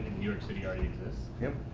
york city already exists, you